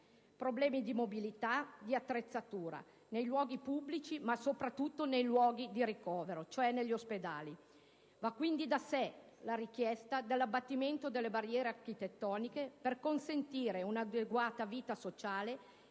problemi di mobilità e di attrezzatura, nei luoghi pubblici ma, soprattutto, nei luoghi di ricovero, cioè negli ospedali. Va quindi da sé la richiesta dell'abbattimento delle barriere architettoniche per consentire un'adeguata vita sociale